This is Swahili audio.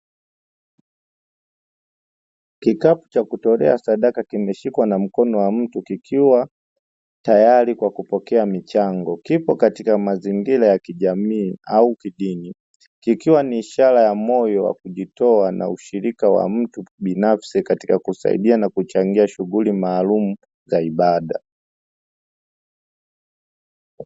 Kikapu cha kutolea sadaka kimeshikwa na mkono wa mtu kikiwa tayari kwa kupokea michango, kipo katika mazingira ya kijamii au kidini kikiwa ni ishara ya moyo wa kujitoa na ushirika wa mtu binafsi katika kusaidia na kuchangia shughuli maalumu za ibaada.